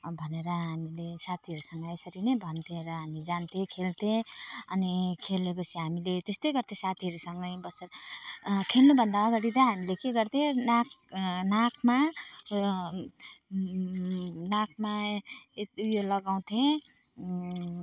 अब भनेर हामीले साथीहरूसँग यसरी नै भन्थेँ र हामी जान्थेँ खेल्थेँ अनि खेल्योपछि हामीले त्यस्तै गर्थेँ साथीहरूसँगै बसेर खेल्नुभन्दा अगाडि चाहिँ हामीले के गर्थेँ नाक नाकमा र नाकमा एत ऊ यो लगाउँथेँ